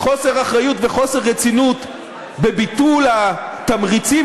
חוסר אחריות וחוסר רצינות בביטול התמריצים